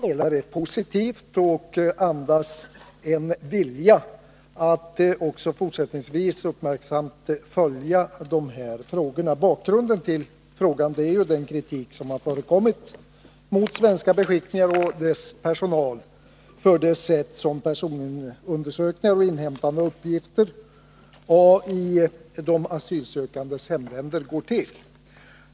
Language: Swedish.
Herr talman! Jag tackar utrikesministern för svaret, som till stora delar är positivt och andas en vilja att också fortsättningsvis uppmärksamt följa de här frågorna. Bakgrunden till min fråga är den kritik som förekommit mot svenska beskickningar och personalen vid dem för det sätt varpå personundersökningar och inhämtande av uppgifter i de asylsökandes hemländer går till på.